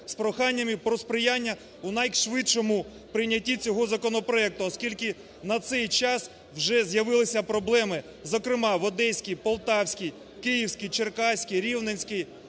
з проханням про сприяння у найшвидшому прийнятті цього законопроекту, оскільки на цей час вже з'явилися проблеми. Зокрема, в Одеській, Полтавській, Київській, Черкаській, Рівненській